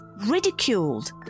ridiculed